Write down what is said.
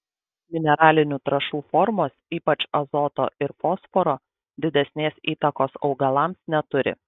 mineralinių trąšų formos ypač azoto ir fosforo didesnės įtakos augalams neturi